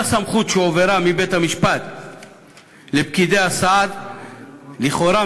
אותה סמכות שהועברה מבית-המשפט לפקידי הסעד לכאורה